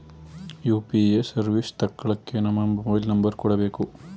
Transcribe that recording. UPA service ತಕ್ಕಳ್ಳಕ್ಕೇ ನಮ್ಮ mobile number ಕೊಡಬೇಕು